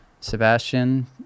sebastian